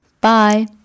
Bye